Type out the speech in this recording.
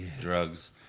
Drugs